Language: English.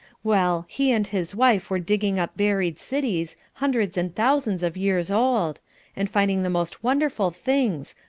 well, he and his wife are digging up buried cities, hundreds and thousands of years old and finding the most wonderful things,